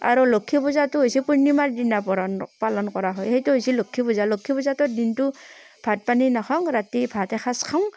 আৰু লক্ষী পূজাটো হৈছে পূৰ্ণিমাৰ দিনা পৰণ পালন কৰা হয় সেইটো হৈছে লক্ষী পূজা লক্ষী পূজাটোত দিনটো ভাত পানী নাখাওঁ ৰাতি ভাত এসাঁজ খাওঁ